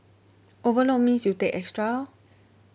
overload means you take extra lor